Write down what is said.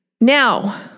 Now